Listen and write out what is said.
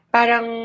Parang